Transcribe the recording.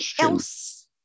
else